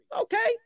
Okay